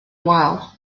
wal